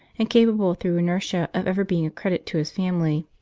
incapable through inertia of ever being a credit to his family.